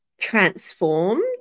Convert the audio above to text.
transformed